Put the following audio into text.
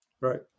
Right